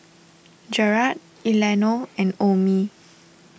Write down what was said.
Jarad Eleanor and Omie